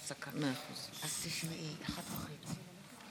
יש להם הרבה חברים שנמצאים, נכון,